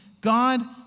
God